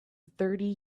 thirty